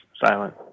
silent